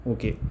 Okay